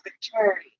charity